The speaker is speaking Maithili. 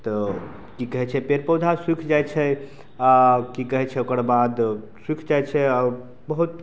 तऽ की कहै छै पेड़ पौधा सुखि जाइ छै आ की कहै छै ओकर बाद सुखि जाइ छै आओर बहुत